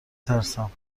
ترسم